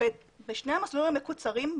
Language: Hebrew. בשני המסלולים המקוצרים,